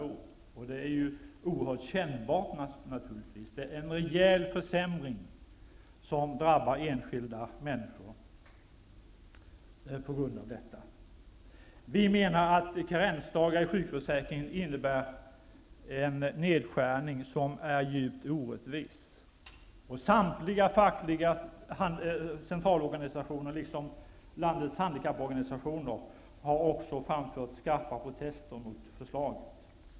Det är naturligtvis oerhört kännbart. Det är en rejäl försämring som drabbar enskilda människor. Vi menar att karensdagar i sjukförsäkringen innebär en nedskärning som är djupt orättvis. Samtliga fackliga centralorganisationer, liksom landets handikapporganisationer, har framfört skarpa protester mot förslaget.